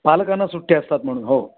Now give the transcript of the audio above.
पालकांना सुट्ट्या असतात म्हणून हो